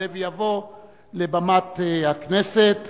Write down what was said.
יעלה ויבוא לבמת הכנסת